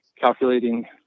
Calculating